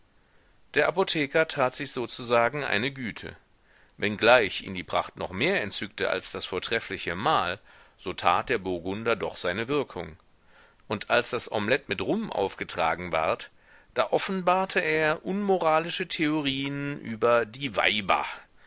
der apotheker tat sich sozusagen eine güte wenngleich ihn die pracht noch mehr entzückte als das vortreffliche mahl so tat der burgunder doch seine wirkung und als das omelett mit rum aufgetragen ward da offenbarte er unmoralische theorien über die weiber